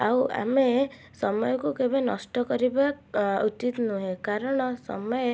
ଆଉ ଆମେ ସମୟକୁ କେବେ ନଷ୍ଟ କରିବା ଉଚିତ ନୁହେଁ କାରଣ ସମୟେ